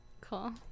Cool